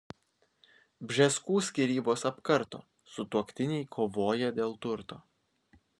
bžeskų skyrybos apkarto sutuoktiniai kovoja dėl turto